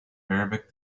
arabic